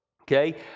Okay